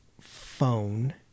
phone